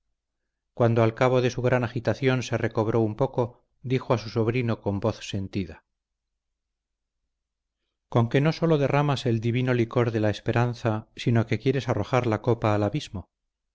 cuando al cabo de su gran agitación se recobró un poco dijo a su sobrino con voz sentida conque no sólo derramas el divino licor de la esperanza sino que quieres arrojar la copa al abismo